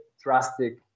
drastic